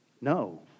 No